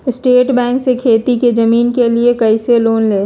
State bank से खेती की जमीन के लिए कैसे लोन ले?